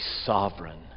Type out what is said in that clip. sovereign